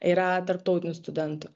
yra tarptautinių studentų